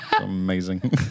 Amazing